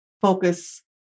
focus